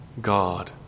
God